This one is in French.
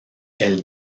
elle